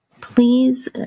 please